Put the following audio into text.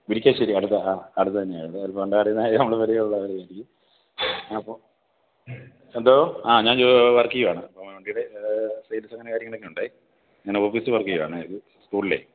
മുരിക്കശ്ശേരി അടുത്ത ആ അടുത്തു തന്നെയാണ് ചിലപ്പോൾ കണ്ടാൽ അറിയുന്ന നമ്മൾ പരിചയമുള്ളവരായിരിക്കും അപ്പോൾ എന്തോ ആ ഞാൻ ജോ വർക്ക് ചെയ്യുകയാണ് വണ്ടിയുടെ സെയിൽസും അങ്ങനെ കാര്യങ്ങളൊക്കെയുണ്ടെ ഇങ്ങനെ ഓഫീസിൽ വർക്ക് ചെയ്യുകയാണെ ഒരു സ്കൂളിലേ